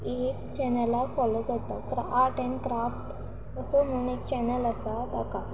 चॅनलाक follow करतां art and craft अशें म्हूण एक चॅनल आसा ताका